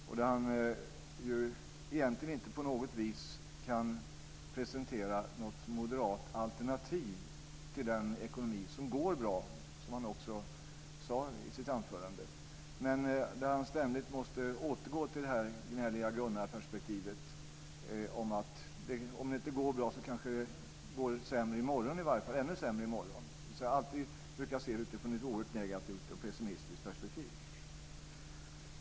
Han kan egentligen inte på något vis presentera något moderat alternativ till den ekonomi som går bra, och som han också sade i sitt anförande. Han måste ständigt återgå till Gnällige Gunnar-perspektivet: Om det inte går bra, kanske det går ännu sämre i morgon. Han försöker alltid att se det utifrån ett oerhört negativt och pessimistiskt perspektiv.